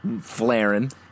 Flaring